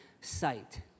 sight